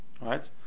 Right